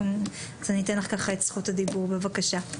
אנחנו ניתן לך את זכות הדיבור, בבקשה.